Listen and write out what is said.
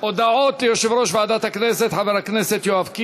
19 מתנגדים, כולל הקול של חבר הכנסת באסל